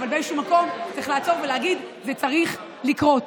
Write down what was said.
אבל באיזשהו מקום צריך לעצור ולהגיד: זה צריך לקרות.